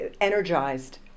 energized